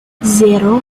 zero